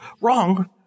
wrong